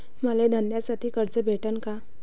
मले धंद्यासाठी कर्ज भेटन का?